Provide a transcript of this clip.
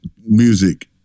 music